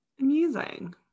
amazing